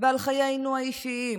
ועל חיינו האישיים,